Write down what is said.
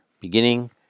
beginning